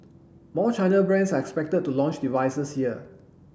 more China brands are expected to launch devices here